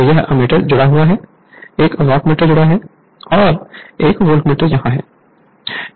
तो यह एममीटर जुड़ा हुआ है 1 वाटमीटर जुड़ा हुआ है और 1 वोल्टमीटर यहां है